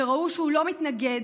שראו שהוא לא מתנגד,